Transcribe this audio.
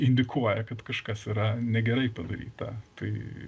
indikuoja kad kažkas yra negerai padaryta tai